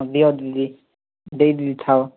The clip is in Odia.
ଦିଅ ଦିଦି ଦେଇ ଦେଇଥାଅ